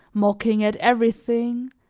mocking at everything,